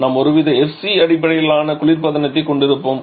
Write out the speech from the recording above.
நாம் ஒருவித எஃப்சி அடிப்படையிலான குளிர்பதனத்தைக் கொண்டிருப்போம்